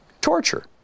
Torture